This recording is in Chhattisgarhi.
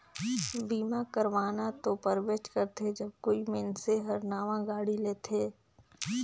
बीमा करवाना तो परबेच करथे जब कोई मइनसे हर नावां गाड़ी लेथेत